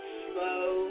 slow